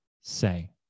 say